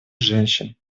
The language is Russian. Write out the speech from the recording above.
женщин